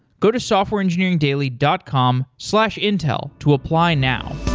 go to softwareengineeringdaily dot com slash intel to apply now.